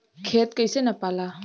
खेत कैसे नपाला?